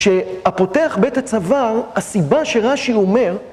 שהפותח בית הצוואר, הסיבה שרש״י אומר